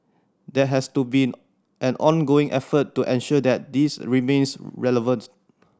that has to be an ongoing effort to ensure that this remains relevant